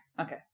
Okay